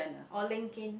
or linkedIn